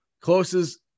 closest